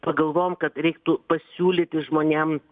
pagalvojom kad reiktų pasiūlyti žmonėm